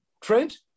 Trent